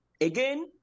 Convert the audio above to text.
Again